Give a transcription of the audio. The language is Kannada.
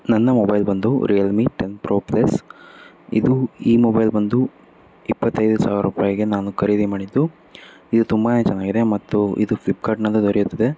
ನನ್ನ ಮೊಬೈಲ್ ಬಂದು ರಿಯಲ್ಮಿ ಟೆನ್ ಪ್ರೊ ಪ್ಲಸ್ ಇದು ಈ ಮೊಬೈಲ್ ಬಂದು ಇಪ್ಪತ್ತೈದು ಸಾವಿರ ರೂಪಾಯಿಗೆ ನಾನು ಖರೀದಿ ಮಾಡಿದ್ದು ಇದು ತುಂಬಾ ಚೆನ್ನಾಗಿದೆ ಮತ್ತು ಇದು ಫ್ಲಿಪ್ಕಾರ್ಟ್ನಲ್ಲಿ ದೊರೆಯುತ್ತದೆ